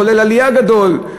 מחולל עלייה גדול?